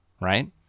right